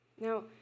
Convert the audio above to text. Now